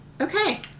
Okay